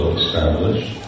established